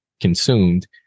consumed